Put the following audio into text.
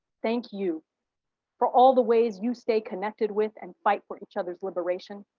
thank you for all the ways you stay connected with and fight for each other's liberation.